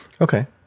okay